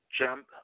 Jump